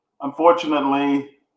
unfortunately